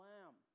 Lamb